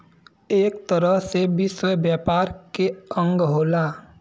एक तरह से विश्व व्यापार के अंग होला